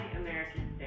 American